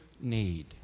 need